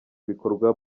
ibikorwa